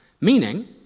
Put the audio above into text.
Meaning